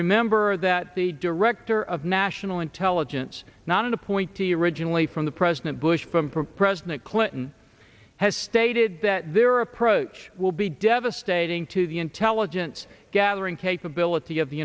remember that the director of national intelligence not an appointee originally from the president bush from for president clinton has stated that there are approach will be devastating to the intelligence gathering capability of the